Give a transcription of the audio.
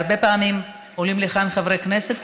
הרבה פעמים עולים לכאן חברי כנסת,